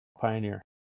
Pioneer